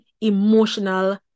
emotional